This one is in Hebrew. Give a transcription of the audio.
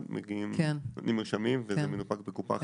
נותנים מרשמים וזה מנופק בקופה אחרת,